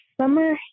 summer